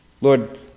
Lord